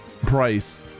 price